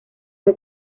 fue